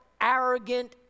arrogant